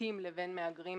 פליטים לבין מהגרים,